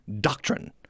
doctrine